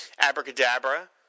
Abracadabra